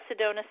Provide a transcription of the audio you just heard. Sedona